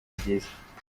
byiza